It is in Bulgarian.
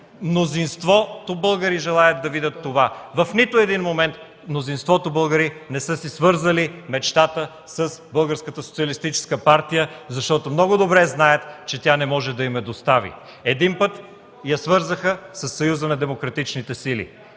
Мнозинството българи желаят да видят това. В нито един момент мнозинството българи не са си свързвали мечтата с Българската социалистическа партия, защото много добре знаят, че тя не може да им я достави. Един път я свързаха със Съюза на демократичните сили.